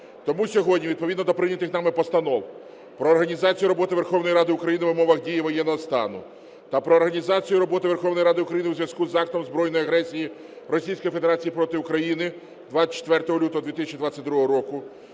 Тому сьогодні відповідно до прийнятих нами постанов: про організацію роботи Верховної Ради України в умовах дії воєнного стану та "Про організацію роботи Верховної Ради України у зв'язку з актом збройної агресії Російської Федерації проти України 24 лютого 2022 року"